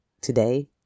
today